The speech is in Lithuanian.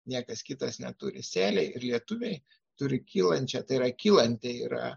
niekas kitas neturi sėliai ir lietuviai turi kylančią tai yra kylanti yra